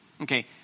Okay